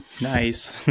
Nice